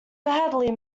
badly